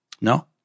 No